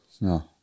No